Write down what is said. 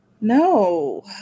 No